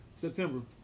September